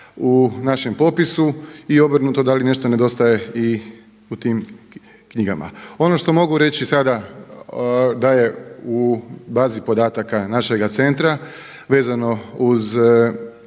u našem popisu i obrnuto da li nešto nedostaje i u tim knjigama. Ono što mogu reći sada da je u bazi podataka našega centra vezano uz